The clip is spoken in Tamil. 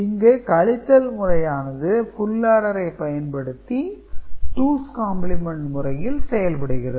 இங்கே கழித்தல் முறையானது ஃபுல் ஆடரை பயன்படுத்தி டூஸ் காம்ப்ளிமென்ட் முறையில் செயல்படுகிறது